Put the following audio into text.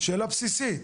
שאלה בסיסית.